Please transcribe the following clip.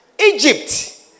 Egypt